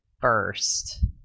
first